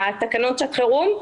תקנות שעת חירום,